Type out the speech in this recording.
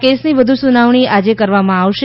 આ કેસની વધુ સુનાવણી આજે કરવામાં આવશે